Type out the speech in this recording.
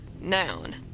noun